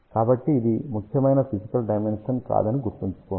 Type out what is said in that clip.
కాబట్టి ఇది ముఖ్యమైన ఫిజికల్ డైమెన్షన్ కాదని గుర్తుంచుకోండి